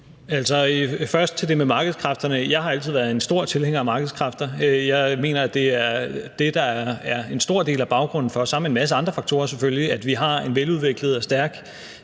Først til det med markedskræfterne: Jeg har altid været en stor tilhænger af markedskræfter. Jeg mener, at det er det, der er en stor del af baggrunden for – selvfølgelig sammen med en masse andre faktorer – at vi har en veludviklet og stærk